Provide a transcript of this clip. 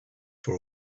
for